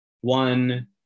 one